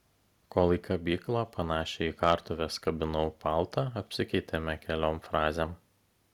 kol į kabyklą panašią į kartuves kabinau paltą apsikeitėme keliom frazėm